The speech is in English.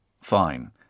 Fine